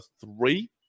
three